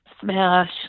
Smash